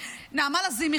נעמה לזימי,